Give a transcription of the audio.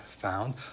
found